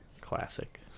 Classic